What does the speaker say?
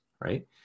right